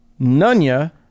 Nunya